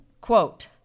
Quote